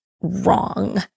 wrong